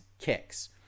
kicks